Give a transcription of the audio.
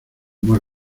más